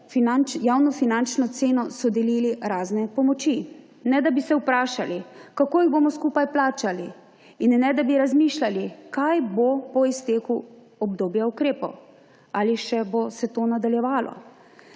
javnofinančno ceno so delili razne pomoči, ne da bi se vprašali, kako jih bomo skupaj plačali, in ne da bi razmišljali, kaj bo po izteku obdobja ukrepov, ali se bo to še nadaljevalo.